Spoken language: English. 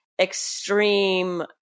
extreme